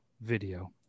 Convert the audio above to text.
video